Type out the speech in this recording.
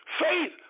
Faith